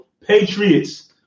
Patriots